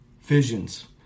Visions